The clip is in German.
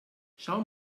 schau